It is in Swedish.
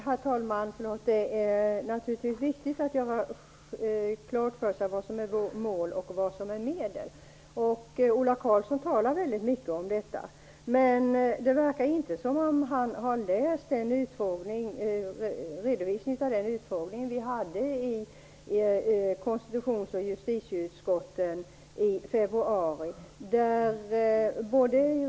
Herr talman! Det är naturligtvis viktigt att ha klart för sig vad som är mål och vad som är medel. Ola Karlsson talar mycket om detta. Men det verkar inte som om han har läst redovisningen av den utfrågning vi hade i konstitutions och justitieutskotten i februari.